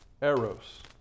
eros